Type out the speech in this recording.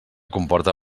comporta